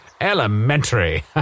Elementary